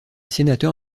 sénateur